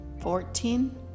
fourteen